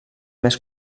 més